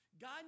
God